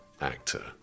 actor